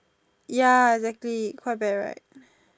ya exactly quite bad right